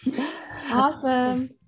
Awesome